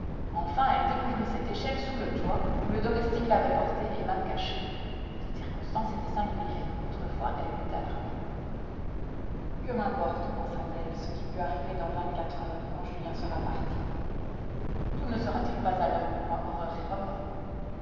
enfin elle découvrit cette échelle sous le toit où le domestique l'avait portée et même cachée cette circonstance était singulière autrefois elle l'eût alarmée que m'importe pensa-t-elle ce qui peut arriver dans vingt-quatre heures quand julien sera parti tout ne sera-t-il pas alors pour moi horreur et remords